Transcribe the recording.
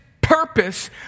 purpose